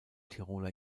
tiroler